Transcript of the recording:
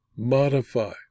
Modify